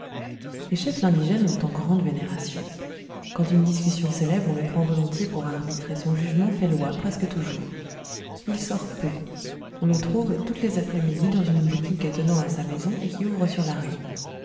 les chefs indigènes l'ont en grande vénération quand une discussion s'élève on le prend volontiers pour arbitre et son jugement fait loi presque toujours il sort peu on le trouve toutes les après-midi dans une boutique attenant à sa maison et qui ouvre sur la rue